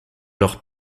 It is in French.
leur